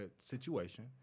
situation